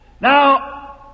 Now